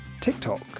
TikTok